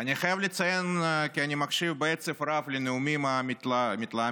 אני חייב לציין כי אני מקשיב בעצב רב לנאומים המתלהמים,